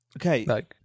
okay